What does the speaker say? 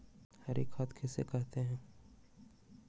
हरी खाद किसे कहते हैं?